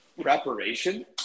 preparation